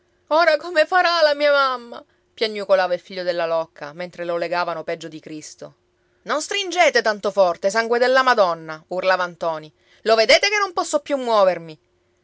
ora come farà mia mamma piagnucolava il figlio della locca mentre lo legavano peggio di cristo non stringete tanto forte sangue della madonna urlava ntoni lo vedete che non posso più muovermi